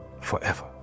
forever